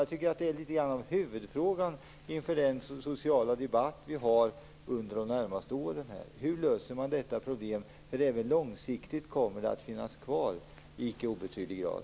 Jag tycker att det inför de närmaste årens sociala debatt är något av en huvudfråga hur man löser detta problem, för även långsiktigt kommer problemet att finnas kvar i icke obetydlig grad.